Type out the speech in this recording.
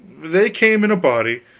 they came in a body,